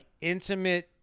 intimate